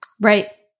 Right